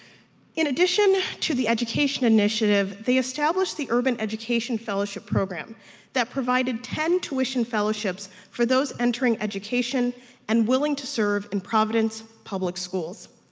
in addition to the education initiative, they established the urban education fellowship program that provided ten tuition fellowships for those entering education and willing to serve in providence public schools.